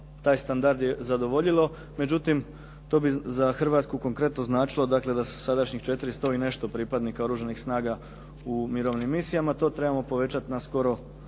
taj standard je zadovoljilo, međutim, to bi za Hrvatsku konkretno značilo dakle da se sa sadašnjih 400 i nešto pripadnika Oružanih snaga u mirovnim misijama, to trebamo povećati na skoro